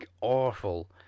awful